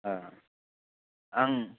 आं